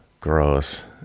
gross